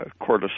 cortisol